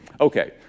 Okay